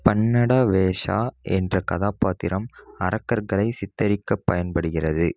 பண்ணட வேஷா என்ற கதாபாத்திரம் அரக்கர்களை சித்தரிக்கப் பயன்படுகிறது